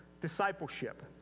discipleship